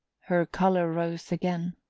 her colour rose again.